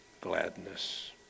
gladness